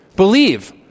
believe